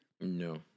No